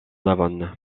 avon